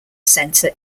centre